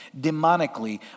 demonically